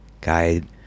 guide